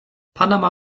panama